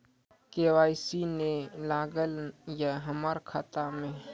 KYC ने न लागल या हमरा खाता मैं?